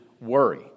worry